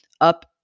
up